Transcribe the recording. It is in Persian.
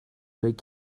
فکر